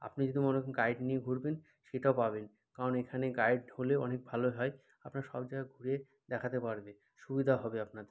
আপনি যদি মনে করেন গাইড নিয়ে ঘুরবেন সেটাও পাবেন কারণ এখানে গাইড হলে অনেক ভালো হয় আপনার সব জায়গা ঘুরে দেখাতে পারবে সুবিধা হবে আপনাদে